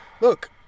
Look